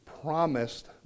promised